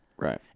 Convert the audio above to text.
Right